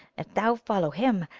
if thou follow him,